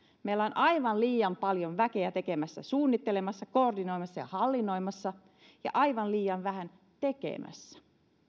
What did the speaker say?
meillä on aivan liian paljon väkeä suunnittelemassa koordinoimassa ja hallinnoimassa ja aivan liian vähän tekemässä